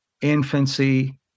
infancy